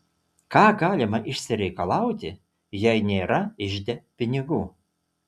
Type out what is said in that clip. ką galima išsireikalauti jei nėra ižde pinigų